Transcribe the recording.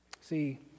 See